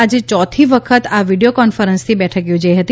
આજે ચોથી વખત આ વિડીયો કોન્ફરન્સથી બેઠક યોજાઇ હતી